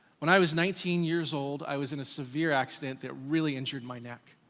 when i was nineteen years old, i was in a severe accident that really injured my neck.